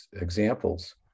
examples